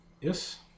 Yes